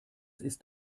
ist